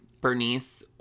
Bernice